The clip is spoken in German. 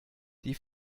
die